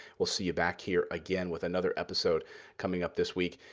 we'll see you back here again with another episode coming up this week,